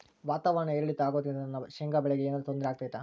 ವಾತಾವರಣ ಏರಿಳಿತ ಅಗೋದ್ರಿಂದ ನನ್ನ ಶೇಂಗಾ ಬೆಳೆಗೆ ಏನರ ತೊಂದ್ರೆ ಆಗ್ತೈತಾ?